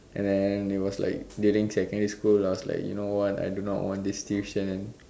and then it was like during secondary school I was like you know what I don't want this tuition